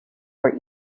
for